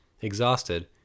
Exhausted